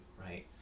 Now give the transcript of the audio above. Right